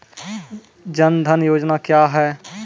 जन धन योजना क्या है?